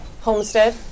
homestead